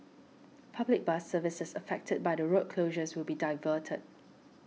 public bus services affected by the road closures will be diverted